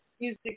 music